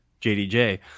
JDJ